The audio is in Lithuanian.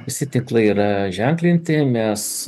visi tinklai yra ženklinti mes